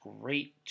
great